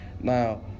Now